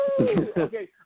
Okay